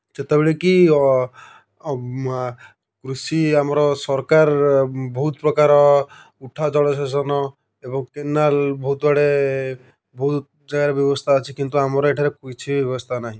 ଯେତେବେଳେ କି କୃଷି ଆମର ସରକାର ବହୁତ ପ୍ରକାର ଉଠା ଜଳସେଚନ ଏବଂ କେନାଲ ବହୁତ ଆଡ଼େ ବହୁତ ଜାଗାରେ ବ୍ୟବସ୍ଥା ଅଛି କିନ୍ତୁ ଆମର ଏଠାରେ କିଛି ବ୍ୟବସ୍ଥା ନାହିଁ